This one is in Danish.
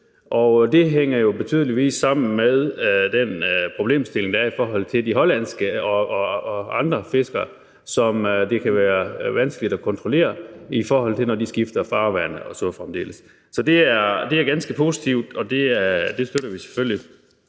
det hænger naturligvis sammen med den problemstilling, der er vedrørende de hollandske og andre fiskere, hvor det kan være vanskeligt at udøve kontrol, når de skifter farvand og så fremdeles. Så det er ganske positivt, og det støtter vi selvfølgelig.